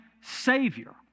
Savior